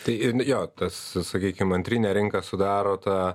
tai in jo tas sakykim antrinę rinką sudaro ta